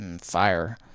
fire